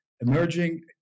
emerging